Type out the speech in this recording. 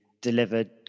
delivered